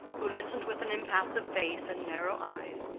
who listened with an impassive face and narrow eyes,